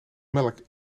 melk